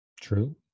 True